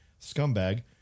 Scumbag